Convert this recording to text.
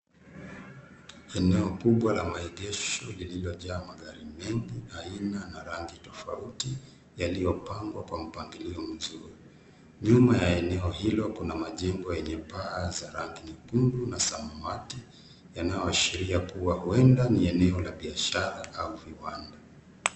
Eneo kubwa la maegesho lililojaa magari mengi ya aina na rangi tofauti yaliyopangwa kwa mpangilio mzuri. Nyuma ya eneo hilo kuna majengo yenye paa za rangi nyekundu na ya samawati yanayoashiria kuwa huenda ni eneo la biashara au viwanda.